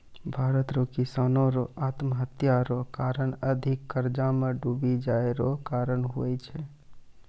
भारत रो किसानो रो आत्महत्या रो कारण अधिक कर्जा मे डुबी जाय रो कारण हुवै छै